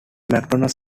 mcdonnell